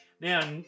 Now